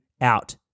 out